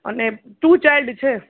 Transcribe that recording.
અને two child છે